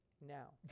Now